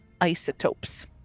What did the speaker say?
isotopes